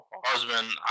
husband